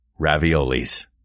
raviolis